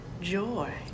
joy